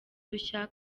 rushya